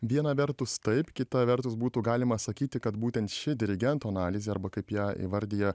viena vertus taip kita vertus būtų galima sakyti kad būtent ši dirigento analizė arba kaip ją įvardija